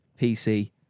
PC